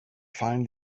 find